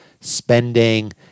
spending